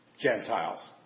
Gentiles